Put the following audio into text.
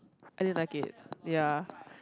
I didn't like it ya